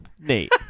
Nate